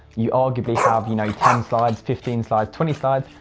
you arguably have, you know, ten slides, fifteen slides, twenty slides,